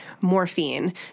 morphine